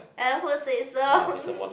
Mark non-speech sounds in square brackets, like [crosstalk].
I also say so [laughs]